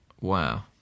wow